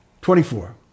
Twenty-four